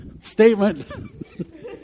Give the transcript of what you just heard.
Statement